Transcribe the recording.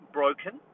broken